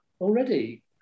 already